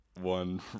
one